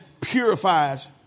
purifies